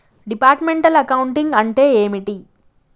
Departmental accounting అంటే ఏమిటి?